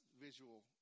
visual